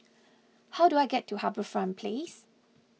how do I get to HarbourFront Place